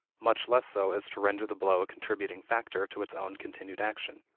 much less so as to render the blow a contributing factor to its own continued action.